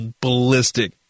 ballistic